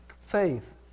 faith